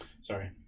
Sorry